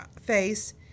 face